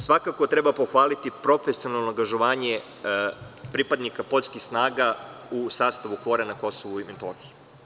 Svakako treba pohvaliti profesionalno angažovanje pripadnika poljskih snaga u sastavu KFOR-a na Kosovu i Metohiji.